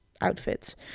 outfits